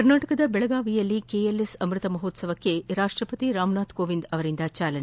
ಕರ್ನಾಟಕದ ಬೆಳಗಾವಿಯಲ್ಲಿ ಕೆಎಲ್ಎಸ್ ಅಮ್ಸತ ಮಹೋತ್ಸವಕ್ಕೆ ರಾಷ್ಷಪತಿ ರಾಮನಾಥ್ ಕೋವಿಂದ್ ಅವರಿಂದ ಚಾಲನೆ